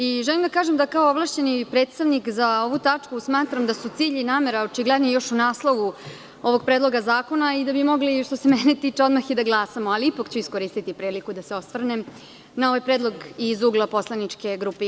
I želim da kažem kao ovlašćeni predstavnik za ovu tačku smatram da su cilj i namera očigledno i u naslovu ovog predloga zakona i da bi mogli što se mene tiče odmah i da glasamo, ali ću iskoristiti priliku da se osvrnem na ovaj predlog iz ugla poslaničke grupe JS.